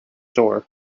door